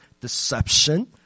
deception